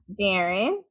Darren